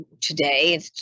today